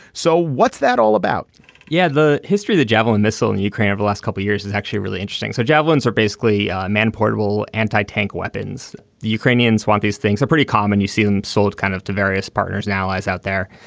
so what's that all about yeah. the history the javelin missile in ukraine of the last couple of years is actually really interesting. so javelins are basically man portable anti-tank weapons. the ukrainians want these things are pretty common you see them sold kind of to various partners and allies out there.